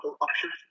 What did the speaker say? options